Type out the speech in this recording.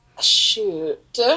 Shoot